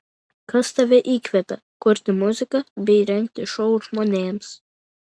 kas tave įkvepia kurti muziką bei rengti šou žmonėms